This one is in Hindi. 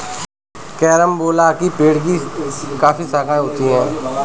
कैरमबोला के पेड़ की काफी शाखाएं होती है